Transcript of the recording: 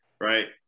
right